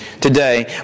today